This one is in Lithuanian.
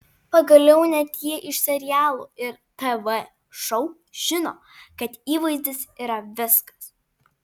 pagaliau net jie iš serialų ir tv šou žino kad įvaizdis yra viskas